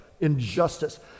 injustice